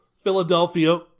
Philadelphia